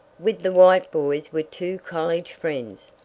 with the white boys were two college friends,